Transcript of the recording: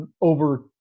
over